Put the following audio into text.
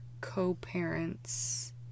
co-parents